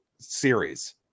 series